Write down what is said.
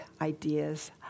ideas